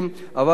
אבל ניסינו.